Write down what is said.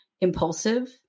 impulsive